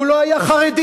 הוא לא היה חרדי,